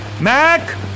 Mac